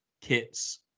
kits